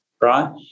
right